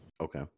Okay